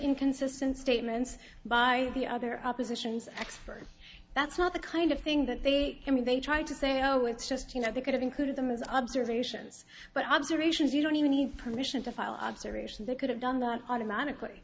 inconsistent statements by the other oppositions expert that's not the kind of thing that they i mean they try to say oh it's just you know they could have included them as observations but observations you don't even need permission to file observation they could have done that automatically